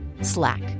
slack